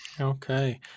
Okay